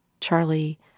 Charlie